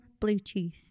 Bluetooth